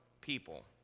people